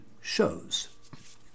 shows